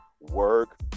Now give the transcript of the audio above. work